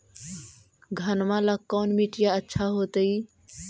घनमा ला कौन मिट्टियां अच्छा होतई?